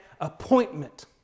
appointment